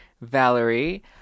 Valerie